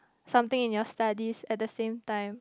something in your studies at the same time